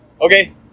okay